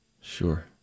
Sure